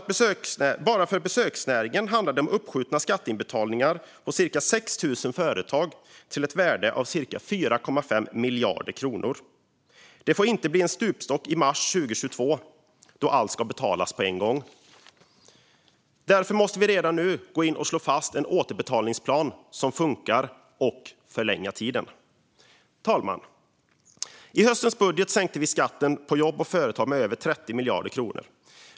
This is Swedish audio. Bara för besöksnäringen handlar det om uppskjutna skattebetalningar hos cirka 6 000 företag till ett värde av 4,5 miljarder kronor. Det får inte bli en stupstock i mars 2022 då allt ska betalas på en gång. Därför måste vi redan nu gå ut och slå fast en återbetalningsplan som funkar och förlänga tiden. Fru talman! I höstens budget sänkte vi skatten på jobb och företag med över 30 miljarder kronor.